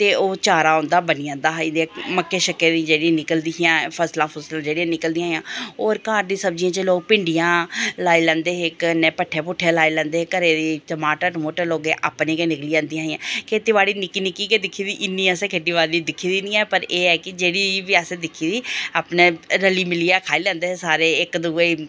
ते ओह् चारा उं'दी बना जंदा हा एहदे मक्कें शक्कें दियां जेह्कियां निकल दियां हां फसलां फुसलां निकलदियां हां होर घर दियें सब्जियें च लोग भिंडियां लाई लैंदे हे कन्नै भट्ठे भुट्टे लाई लैंदे हे घरे दे टमाटर टमूटर लोकें अपने गै निकली जंदे हे खेतीबाड़ी निक्की निक्की गै दिक्खी दी इन्नी असें खेतीबाड़ी दिक्खी दी निं ऐ पर एह् कि जेह्ड़ी बी असें दिक्खी दी ऐ अपने रली मिलियै खाई लैंदे हे सारे इक दूए गी